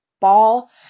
ball